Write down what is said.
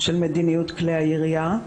של מדיניות כלי הירייה,